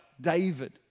David